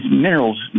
minerals